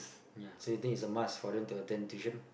yeah so you think it's a must for them to attend tuition